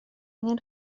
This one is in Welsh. angan